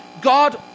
God